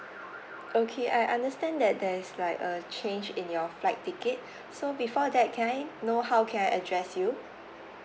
okay I understand that there's like a change in your flight tickets so before that can I know how can I address you